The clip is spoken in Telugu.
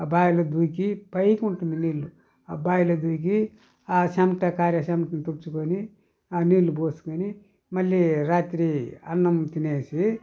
ఆ బావిలో దూకి పైకి ఉంటుంది నీళ్లు ఆ బాయిలో దూకి ఆ చెమట కారే చెమటను తుడుచుకొని ఆ నీళ్లు పోసుకుని మళ్లీ రాత్రి అన్నం తినేసి